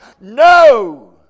No